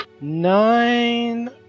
Nine